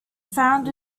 found